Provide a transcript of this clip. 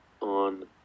on